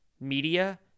media